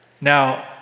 Now